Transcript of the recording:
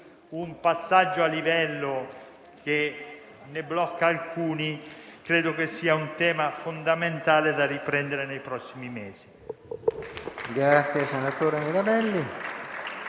un passaggio a livello che ne blocca alcuni) sia un tema fondamentale da riprendere nei prossimi mesi.